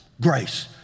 grace